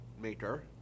maker